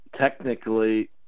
technically